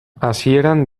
hasieran